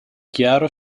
chiaro